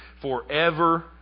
forever